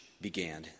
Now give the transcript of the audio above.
began